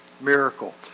miracle